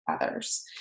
others